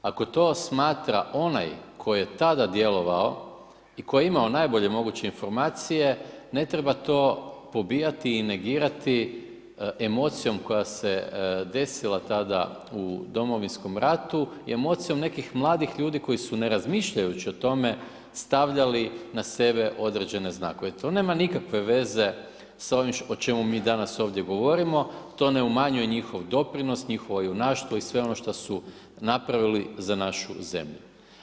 Ako to smatra onaj koji je tada djelovao i koji je imao najbolje moguće informacije, ne treba to pobijati i negirati emocijom koja se desila tada u domovinskom ratu i emocijom nekih mladih ljudi koji su, ne razmišljajući o tome, stavljali na sebe određene znakove, to nema nikakve veze sa ovim o čemu mi danas ovdje govorimo, to ne umanjuje njihov doprinos, njihovo junaštvo i sve ono što su napravili za našu zemlju.